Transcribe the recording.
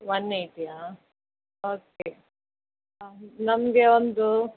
one ಏಯ್ಟಿಯಾ okay ನಮಗೆ ಒಂದು